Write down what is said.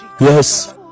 Yes